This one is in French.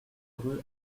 rue